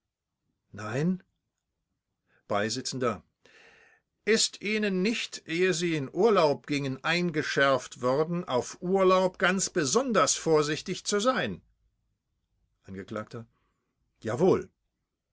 nein beisitzender ist ihnen nicht ehe sie in urlaub gingen eingeschärft worden auf urlaub ganz besonders vorsichtig zu sein angekl jawohl